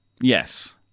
Yes